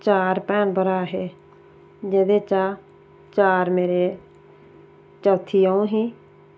चार भैन भ्राऽ हे जेह्दे चा चार मेरे चौथी अं'ऊ ही